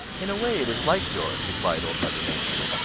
in a way it is like yours, replied old mother nature,